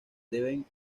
deben